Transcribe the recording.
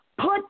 Put